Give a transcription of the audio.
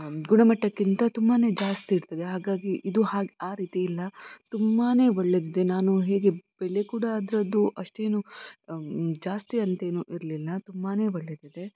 ಗುಣಮಟ್ಟಕ್ಕಿಂತ ತುಂಬಾ ಜಾಸ್ತಿ ಇರ್ತದೆ ಹಾಗಾಗಿ ಇದು ಹಾಗೆ ಆ ರೀತಿ ಇಲ್ಲ ತುಂಬಾ ಒಳ್ಳೆದಿದೆ ನಾನು ಹೀಗೆ ಬೆಲೆ ಕೂಡ ಅದರದ್ದು ಅಷ್ಟೇನೂ ಜಾಸ್ತಿಯಂತೇನೂ ಇರಲಿಲ್ಲ ತುಂಬಾ ಒಳ್ಳೆದಿದೆ